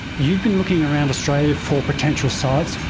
you've been looking around australia for potential sites.